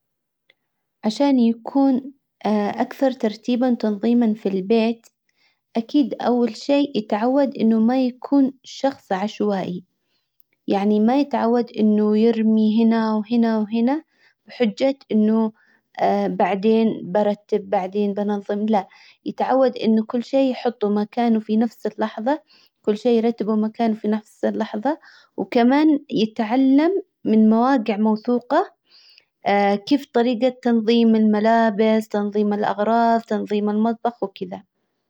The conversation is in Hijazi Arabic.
عشان يكون اكثر ترتيبا تنظيما في البيت. اكيد اول شئ يتعود انه ما يكون شخص عشوائي. يعني ما يتعود انه يرمي هنا وهنا وهنا. بحجة انه بعدين برتب بعدين بنظم يتعود انه كل شئ يحطه مكانه في نفس اللحظة. كل شي يرتبوا مكانه في نفس اللحظة. وكمان يتعلم من مواجع موثوقة كيف طريقة تنظيم الملابس تنظيم الاغراظ تنظيم المطبخ وكدا.